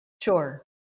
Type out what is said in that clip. Sure